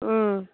ம்